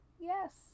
yes